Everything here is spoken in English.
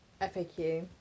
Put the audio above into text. FAQ